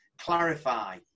Clarify